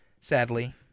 Sadly